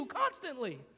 constantly